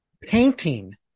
Painting